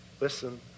Listen